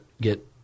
get –